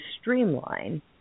streamline